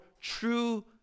true